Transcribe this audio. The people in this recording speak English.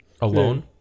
alone